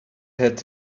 had